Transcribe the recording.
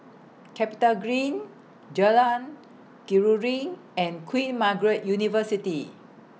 Capitagreen Jalan Keruing and Queen Margaret University